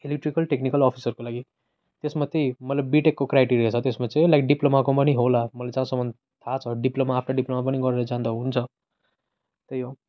electrical technical अफिसरको लागि त्यसमा चाहिँ मैले बिटेकको क्राइटेरिया छ त्यसमा चाहिँ लाइक डिप्लोमाकोमा नि होला मलाई चाहिँ जहाँसम्म थाहा छ डिप्लोमा आफ्टर डिप्लोमा पनि गरेर जाँदा हुन्छ त्यही हो